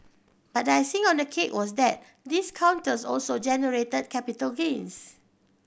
but icing on the cake was that these counters also generated capital gains